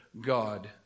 God